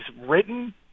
written